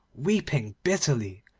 weeping bitterly,